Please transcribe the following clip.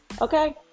okay